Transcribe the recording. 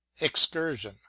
EXCURSION